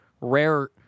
rare